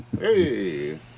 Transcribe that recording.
hey